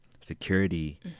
security